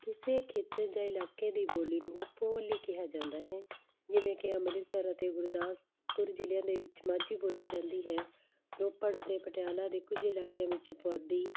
ਕਿਸੇ ਖੇਤਰ ਜਾਂ ਇਲਾਕੇ ਦੀ ਬੋਲੀ ਨੂੰ ਉਪ ਬੋਲੀ ਕਿਹਾ ਜਾਂਦਾ ਹੈ ਜਿਵੇਂ ਕਿ ਅੰਮ੍ਰਿਤਸਰ ਅਤੇ ਗੁਰਦਾਸਪੁਰ ਜ਼ਿਲ੍ਹਿਆਂ ਦੇ ਵਿੱਚ ਮਾਝੀ ਬੋਲੀ ਜਾਂਦੀ ਹੈ ਰੋਪੜ ਅਤੇ ਪਟਿਆਲਾ ਦੇ ਕੁਝ ਇਲਾਕਿਆਂ ਵਿੱਚ ਪੁਆਧੀ